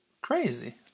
crazy